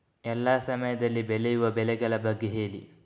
ಎಲ್ಲಾ ಸಮಯದಲ್ಲಿ ಬೆಳೆಯುವ ಬೆಳೆಗಳ ಬಗ್ಗೆ ಹೇಳಿ